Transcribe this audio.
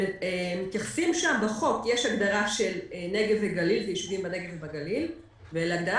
בחוק שם יש הגדרה של יישובים בנגב ובגליל ובהגדרת